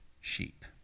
sheep